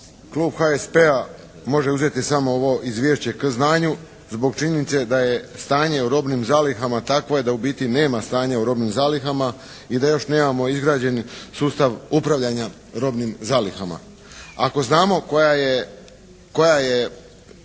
Klub HSP-a može uzeti samo ovo izvješće k znanju zbog činjenice da je stanje u robnim zalihama takvo da u biti nema stanja u robnim zalihama i da još nemamo izgrađeni sustav upravljanja robnim zalihama. Ako znamo koja je